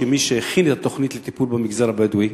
כמי שהחיל תוכנית לטיפול במגזר הבדואי,